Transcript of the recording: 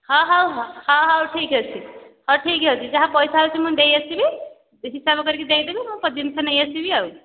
ହଁ ହଉ ହଁ ହଉ ଠିକ୍ ଅଛି ହଉ ଠିକ୍ ଅଛି ଯାହା ପଇସା ହେଉଛି ମୁଁ ଦେଇଆସିବି ହିସାବ କରିକି ଦେଇଦେବି ମୁଁ ମୋ ଜିନିଷ ନେଇଆସିବି ଆଉ